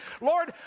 Lord